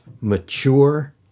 mature